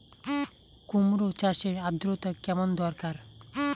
কুমড়ো চাষের আর্দ্রতা কেমন দরকার?